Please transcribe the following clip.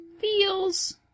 Feels